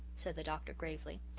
said the doctor gravely.